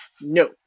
No